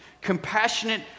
Compassionate